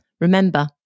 Remember